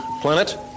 planet